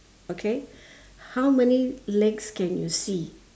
okay how many legs can you see